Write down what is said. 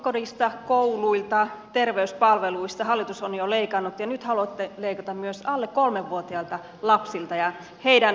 päiväkodeista kouluilta terveyspalveluista hallitus on jo leikannut ja nyt haluatte leikata myös alle kolmevuotiailta lapsilta ja heidän perheiltään